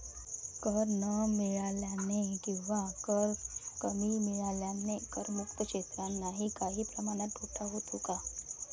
कर न मिळाल्याने किंवा कर कमी मिळाल्याने करमुक्त क्षेत्रांनाही काही प्रमाणात तोटा होतो का?